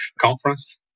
conference